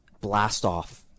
blast-off